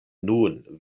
nun